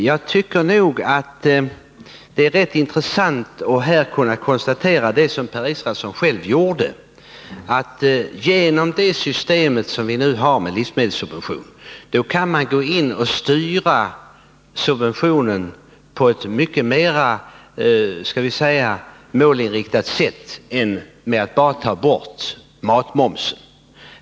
Jag tycker det är rätt intressant att kunna konstatera det som också Per Israelsson konstaterade, nämligen att vi genom det system som vi nu har med livsmedelssubventioner kan åstadkomma en mycket mer målinriktad styrning än genom att bara ta bort matmomsen.